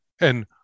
And-